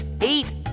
eight